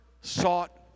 sought